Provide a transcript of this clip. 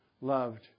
loved